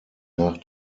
nach